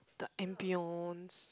the ambience